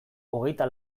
hogeita